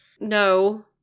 No